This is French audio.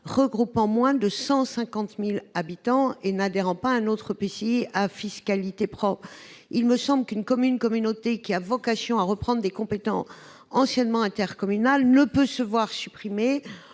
regroupant moins de 150 000 habitants et n'adhérant pas à un autre EPCI à fiscalité propre. Une commune-communauté, qui a vocation à reprendre des compétences anciennement intercommunales, ne peut se voir supprimer